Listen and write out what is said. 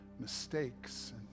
mistakes